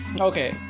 okay